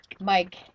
Mike